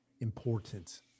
important